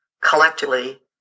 collectively